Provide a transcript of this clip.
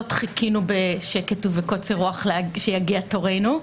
חיכינו בשקט ובקוצר רוח שיגיע תורנו.